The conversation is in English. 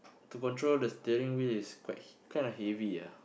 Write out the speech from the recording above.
to control the steering wheel is quite hea~ kind of heavy ah